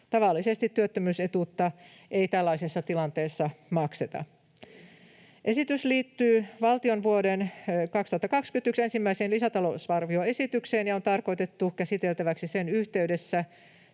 Tavallisesti työttömyysetuutta ei tällaisessa tilanteessa makseta. Esitys liittyy valtion vuoden 2021 ensimmäiseen lisätalousarvioesitykseen ja on tarkoitettu käsiteltäväksi sen yhteydessä.